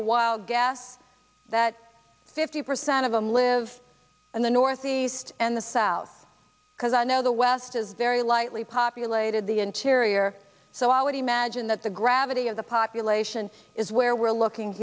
awhile gas that fifty percent of them live in the northeast and the south because i know the west is very lightly populated the interior so i would imagine that the gravity of the population is where we're looking